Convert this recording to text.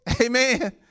amen